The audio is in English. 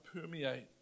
permeate